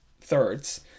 thirds